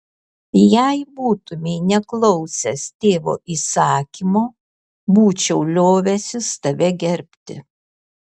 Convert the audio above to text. jei būtumei neklausęs tėvo įsakymo būčiau liovęsis tave gerbti